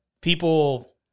people